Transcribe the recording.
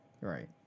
Right